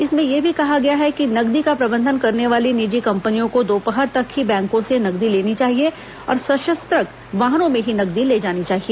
इसमें यह भी कहा गया है कि नकदी का प्रबंधन करने वाली निजी कम्पनियों को दोपहर तक ही बैंकों से नकदी लेनी चाहिए और सशस्त्रक वाहनों में ही नकदी ले जानी चाहिए